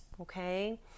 okay